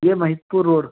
ये maestro road